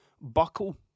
buckle